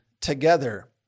together